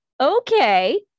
Okay